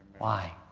why?